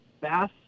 bass